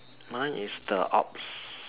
mine is the ops